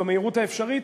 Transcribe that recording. במהירות האפשרית,